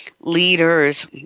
leaders